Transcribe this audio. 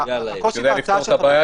אחת: הקושי בהצעה של חבר הכנסת סעדי,